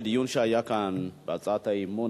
בדיון שהיה כאן בהצעת האי-אמון,